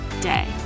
day